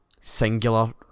singular